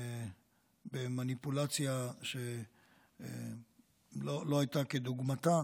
במניפולציה שלא הייתה כדוגמתה,